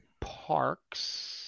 Park's